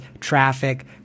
traffic